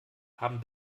haben